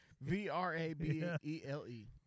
V-R-A-B-E-L-E